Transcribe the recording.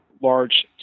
large